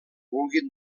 vulguin